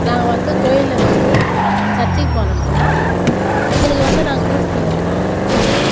நாங்கள் வந்து கோயிலில் வந்து சர்ச்சுக்கு போனோம்முன்னால் எங்களுக்கு வந்து நாங்கள் கிறிஸ்துவம் நாங்கள் வந்து